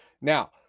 Now